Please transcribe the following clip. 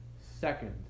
second